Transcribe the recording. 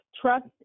Trust